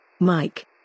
Mike